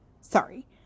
sorry